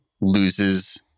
loses